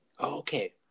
Okay